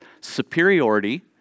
superiority